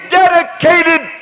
dedicated